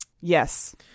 Yes